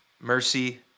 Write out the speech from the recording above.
Mercy